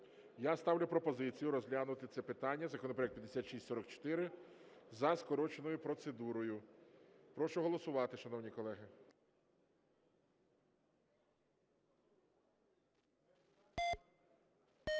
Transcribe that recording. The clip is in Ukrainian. я ставлю пропозицію розглянути це питання, законопроект 5644, за скороченою процедурою. Прошу голосувати, шановні колеги.